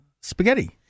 spaghetti